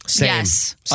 Yes